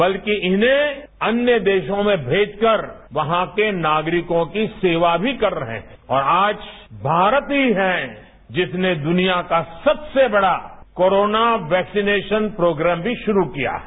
बल्कि इन्हें अन्य देशों में मेजकर वहां के नागरिकों की सेवा भी कर रहे हैं और आज भारत ही है जिसने दुनिया का सबसे बड़ा कोरोना वैक्सीनेशन प्रोग्राम भी शुरू किया है